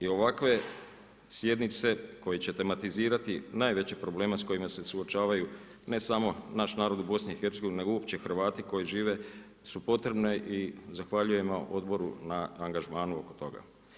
I ovakve sjednice koje će tematizirati najveće probleme s kojima se suočavaju, ne samo naš narod u BIH, nego uopće Hrvati koji žive su potrebne i zahvaljujem Odboru na angažmanu oko toga.